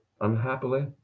Unhappily